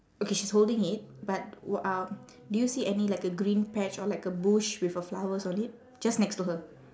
okay she's holding it but wh~ um do you see any like a green patch or like a bush with a flowers on it just next to her